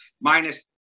minus